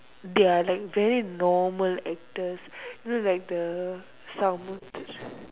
they are like very normal actors you know like the Sankar